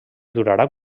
durarà